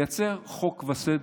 לייצר חוק וסדר,